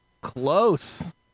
Close